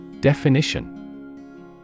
Definition